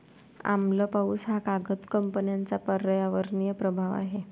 आम्ल पाऊस हा कागद कंपन्यांचा पर्यावरणीय प्रभाव आहे